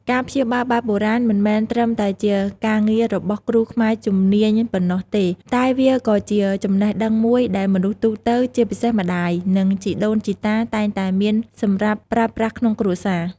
ការព្យាបាលបែបបុរាណមិនមែនត្រឹមតែជាការងាររបស់គ្រូខ្មែរជំនាញប៉ុណ្ណោះទេ តែវាក៏ជាចំណេះដឹងមួយដែល មនុស្សទូទៅ ជាពិសេសម្ដាយ និងជីដូនជីតា តែងតែមានសម្រាប់ប្រើប្រាស់ក្នុងគ្រួសារ។